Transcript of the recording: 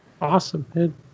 awesome